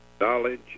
knowledge